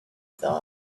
thought